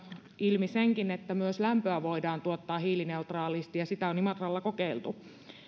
ilmi senkin että myös lämpöä voidaan tuottaa hiilineutraalisti ja sitä on imatralla kokeiltu